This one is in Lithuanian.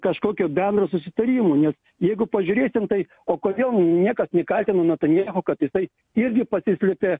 kažkokio bendro susitarimo nes jeigu pažiūrėsim tai o kodėl niekad nekaltina natanjėhu kad jisai irgi pasislėpė